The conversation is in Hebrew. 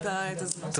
אז,